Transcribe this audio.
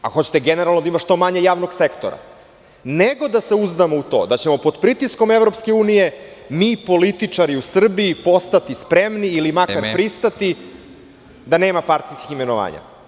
Ako hoćete generalno da ima što manje javnog sektora nego da se uzdamo u to da ćemo pod pritiskom EU mi političari u Srbiji postati spremni ili makar pristati da nema partijskih imenovanja.